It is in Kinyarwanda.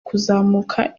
kuzamuka